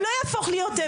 זה לא יהפוך אותו לאמת,